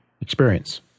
experience